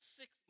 six